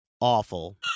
Awful